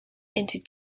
into